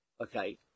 okay